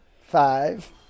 five